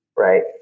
right